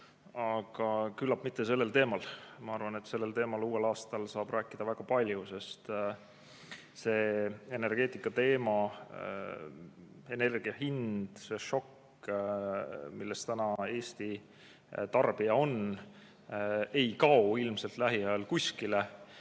aga küllap mitte sellel teemal. Ma arvan, et sellel teemal uuel aastal saab rääkida väga palju, sest see energeetika teema, energia hind, see šokk, milles täna Eesti tarbija on, ei kao ilmselt lähiajal kuskile.